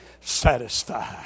satisfied